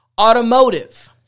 automotive